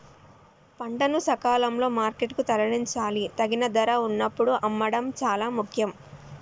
పంటను సకాలంలో మార్కెట్ కు తరలించాలి, తగిన ధర వున్నప్పుడు అమ్మడం చాలా ముఖ్యం